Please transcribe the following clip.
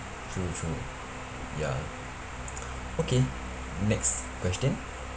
true true ya okay next question